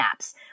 apps